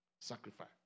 sacrifice